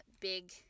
big